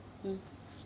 mm